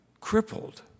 crippled